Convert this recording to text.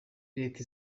leta